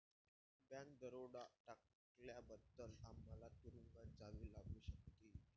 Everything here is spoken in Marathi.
बँक दरोडा टाकल्याबद्दल आम्हाला तुरूंगात जावे लागू शकते